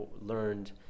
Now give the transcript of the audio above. learned